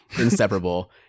inseparable